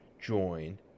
join